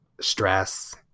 stress